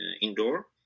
indoor